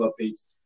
updates